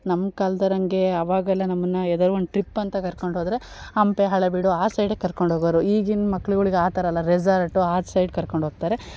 ನಮ್ಮ ಕಾಲದೋರಂಗೆ ಆವಾಗೆಲ್ಲ ನಮ್ಮನ್ನು ಯಾವ್ದರ ಒಂದು ಟ್ರಿಪ್ ಅಂತ ಕರ್ಕೊಂಡು ಹೋದರೆ ಹಂಪೆ ಹಳೇಬೀಡು ಆ ಸೈಡೇ ಕರ್ಕೊಂಡು ಹೋಗೋರು ಈಗಿನ ಮಕ್ಕಳುಗಳಿಗ್ ಆ ಥರ ಅಲ್ಲ ರೆಸಾರ್ಟು ಆ ಸೈಡ್ ಕರ್ಕೊಂಡು ಹೋಗ್ತಾರೆ